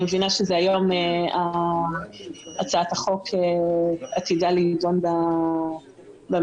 אני מבינה שהיום הצעת החוק עתידה להידון במליאה.